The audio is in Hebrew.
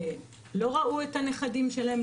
לא ראו את הנכדים שלהם,